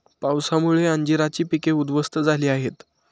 पावसामुळे अंजीराची पिके उध्वस्त झाली आहेत